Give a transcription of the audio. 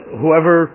whoever